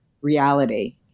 reality